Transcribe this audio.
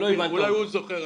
אולי הוא זוכר.